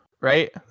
right